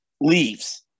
leaves